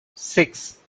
six